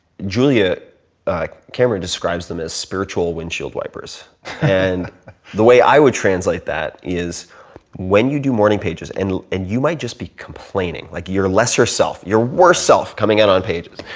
julia cameron describes them as spiritual windshield wipers and the way i would translate that is when you do morning pages, and and you might just be complaining. like your lesser self, your worse self coming out on pages.